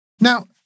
Now